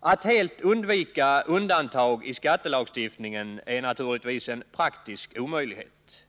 Att helt undvika undantag i skattelagstiftningen är naturligtvis en praktisk omöjlighet.